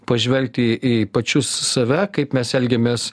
pažvelgti į pačius save kaip mes elgiamės